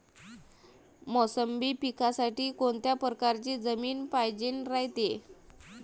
मोसंबी पिकासाठी कोनत्या परकारची जमीन पायजेन रायते?